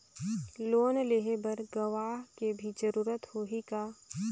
Loan लेहे बर गवाह के भी जरूरत होही का?